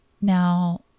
Now